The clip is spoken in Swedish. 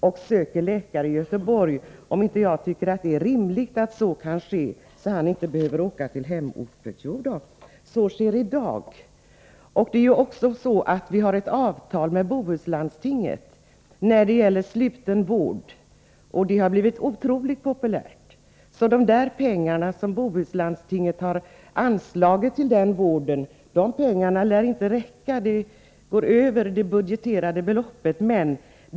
Björn Molin frågade om jag inte tycker att det är rimligt att personen kan söka läkare i Göteborg, så att han slipper åka till hemorten. Jo då, sådant är möjligt också i dag. Vi har även ett avtal med Bohuslandstinget när det gäller sluten vård. Det har blivit otroligt populärt, så att de pengar som Bohuslandstinget har anslagit till den vården inte lär räcka till. Det anslagna beloppet överskrids.